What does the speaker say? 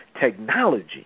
technology